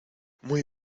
muy